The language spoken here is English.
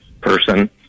person